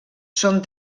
són